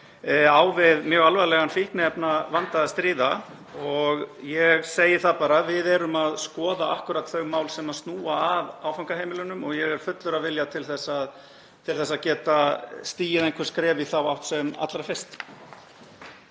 á við mjög alvarlegan fíkniefnavanda að stríða. Ég segi það bara að við erum að skoða akkúrat þau mál sem snúa að áfangaheimilum og ég er fullur af vilja til þess að geta stigið einhver skref í þá átt sem allra fyrst.